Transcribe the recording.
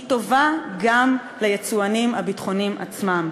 היא טובה גם ליצואנים הביטחוניים עצמם.